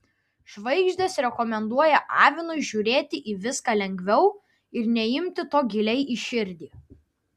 žvaigždės rekomenduoja avinui žiūrėti į viską lengviau ir neimti to giliai į širdį